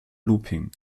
looping